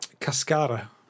cascara